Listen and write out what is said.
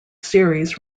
series